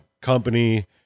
company